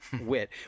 wit